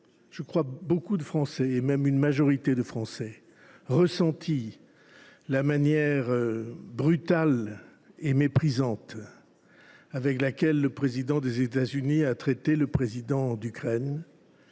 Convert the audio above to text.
avec nous beaucoup de Français – et même une majorité d’entre eux –, nous avons ressenti la manière brutale et méprisante avec laquelle le président des États Unis a traité le président de l’Ukraine